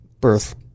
birth